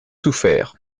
souffert